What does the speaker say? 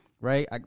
Right